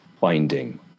binding